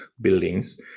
buildings